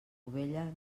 ovella